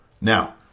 Now